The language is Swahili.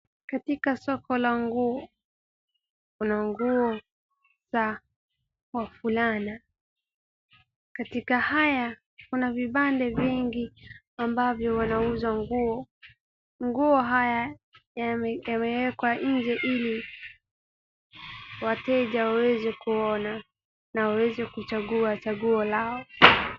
Katika soko la nguo, kuna nguo za wavulana. Katika haya kuna vibanda vingi ambavyo wanauza nguo. Nguo haya yamewekwa nje ili wateja waweze kuona na waweze kuchagua chaguo lao.